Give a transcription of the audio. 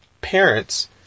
parents